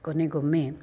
ಕೊನೆಗೊಮ್ಮೆ